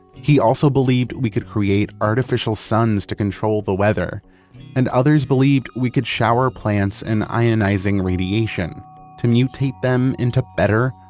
he also believed we could create artificial suns to control the weather and others believed we could shower plants in ionizing radiation to mutate them into better,